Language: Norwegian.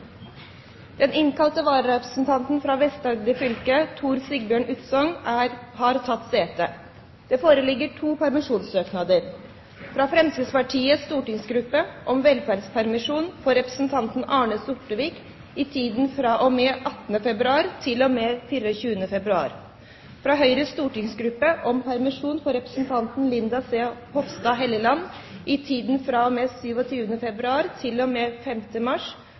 Den innkalte vararepresentanten for Vest-Agder fylke, Tor Sigbjørn Utsogn, har tatt sete. Det foreligger to permisjonssøknader: fra Fremskrittspartiets stortingsgruppe om velferdspermisjon for representanten Arne Sortevik i tiden fra og med 18. februar til og med 24. februar fra Høyres stortingsgruppe om permisjon for representanten Linda C. Hofstad Helleland i tiden fra og med 27. februar til og med 5. mars